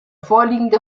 vorliegende